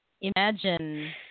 imagine